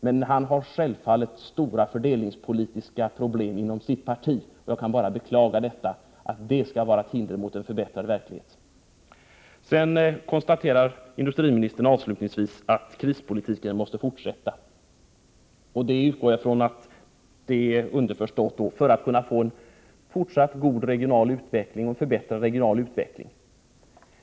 Men han har självfallet stora fördelningspolitiska problem inom sitt parti. Jag kan bara beklaga att detta skall vara ett hinder för att åstadkomma en förbättrad verklighet. Industriministern konstaterade avslutningsvis att krispolitiken måste fortsätta. Jag utgår från att det, underförstått, är nödvändigt för att vi skall kunna få en fortsatt god eller förbättrad regional utveckling.